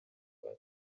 rwa